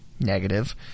negative